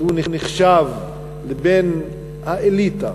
שהוא נחשב לבן האליטה